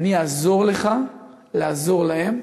אני אעזור לך לעזור להם,